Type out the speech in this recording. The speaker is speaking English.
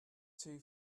two